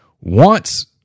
wants